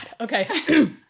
Okay